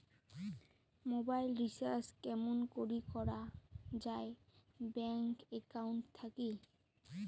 Mobile recharge কেমন করি করা যায় ব্যাংক একাউন্ট থাকি?